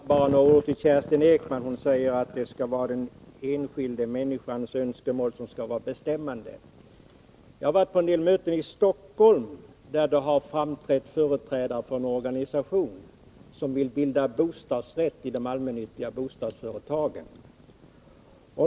Fru talman! Bara några ord till Kerstin Ekman. Hon säger att det skall vara den enskilda människans önskemål som skall vara avgörande. Jag var på ett möte i Stockholm, där det framträdde företrädare för en organisation som vill bilda bostadsrätt i de allmännyttiga bostadsföretagen.